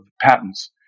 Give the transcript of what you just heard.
patents